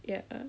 ya